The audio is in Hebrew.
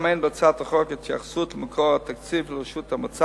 גם אין בהצעת החוק התייחסות למקור התקציב של הרשות המוצעת.